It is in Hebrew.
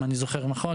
אם אני זוכר נכון,